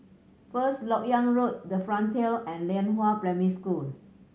First Lok Yang Road The Frontier and Lianhua Primary School